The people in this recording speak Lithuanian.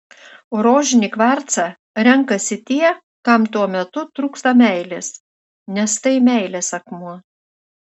o rožinį kvarcą renkasi tie kam tuo metu trūksta meilės nes tai meilės akmuo